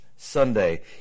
Sunday